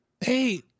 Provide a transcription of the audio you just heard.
Hey